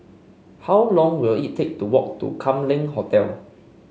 how long will it take to walk to Kam Leng Hotel